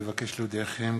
אבקש להודיעכם,